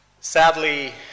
sadly